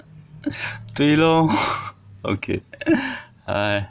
对咯 ok !aiya!